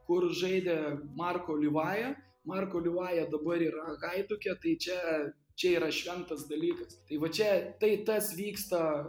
kur žaidė marko livaja marko livaja dabar yra gaiduke tai čia čia yra šventas dalykas tai va čia tai tas vyksta